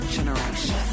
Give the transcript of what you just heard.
Generation